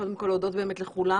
קודם כל להודות באמת לכולם